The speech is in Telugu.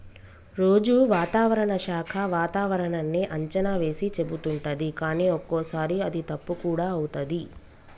రోజు వాతావరణ శాఖ వాతావరణన్నీ అంచనా వేసి చెపుతుంటది కానీ ఒక్కోసారి అది తప్పు కూడా అవుతది